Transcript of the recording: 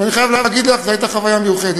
ואני חייב להגיד לך שזאת הייתה חוויה מיוחדת,